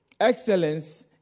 Excellence